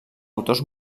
autors